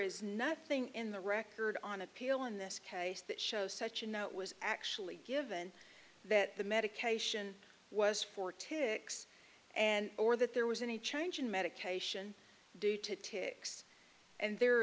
is nothing in the record on appeal in this case that shows such a note was actually given that the medication was for tics and or that there was any change in medication due to tics and there